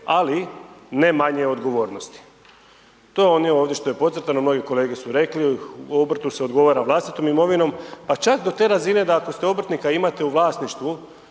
ali ne manje odgovornosti. To je ono što je ovdje podcrtano, moji kolege su rekli, u obrtu se odgovara vlastitom imovinom, pa čak do te razine da ako ste obrtnik a imate u vlasništvu,